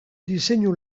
diseinu